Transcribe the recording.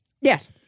Yes